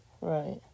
Right